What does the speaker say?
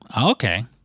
okay